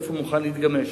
ואיפה הוא מוכן להתגמש.